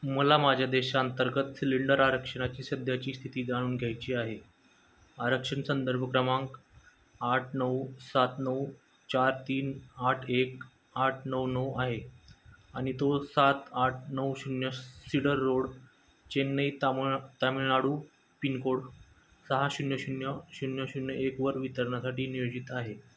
मला माझ्या देशांंतर्गत सिलेंडर आरक्षणाची सध्याची स्थिती जाणून घ्यायची आहे आरक्षण संदर्भ क्रमांक आठ नऊ सात नऊ चार तीन आठ एक आठ नऊ नऊ आहे आणि तो सात आठ नऊ शून्य सीडर रोड चेन्नई तामळ तामिळनाडू पिनकोड सहा शून्य शून्य शून्य शून्य एकवर वितरणासाठी नियोजित आहे